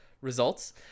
results